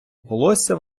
волосся